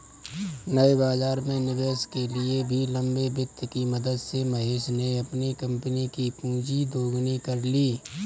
नए बाज़ार में निवेश के लिए भी लंबे वित्त की मदद से महेश ने अपनी कम्पनी कि पूँजी दोगुनी कर ली